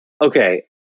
okay